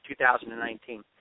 2019